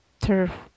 turf